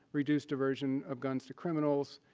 reduce diversion of guns to criminals.